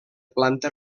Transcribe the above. planta